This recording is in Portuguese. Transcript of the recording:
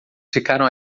ficaram